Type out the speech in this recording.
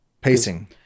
Pacing